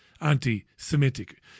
anti-Semitic